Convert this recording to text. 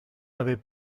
n’avez